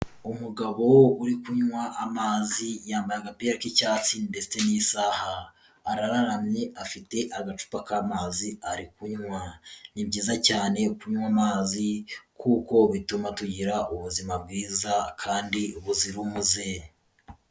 Umugabo uri kunywa amazi yambaye agapira k'icyatsi ndetse n'isaha, arararamye afite agacupa k'amazi ari kunywa. Ni byiza cyane kunywa amazi kuko bituma tugira ubuzima bwiza kandi buzira umuze.